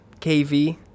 KV